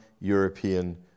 European